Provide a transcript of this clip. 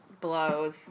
blows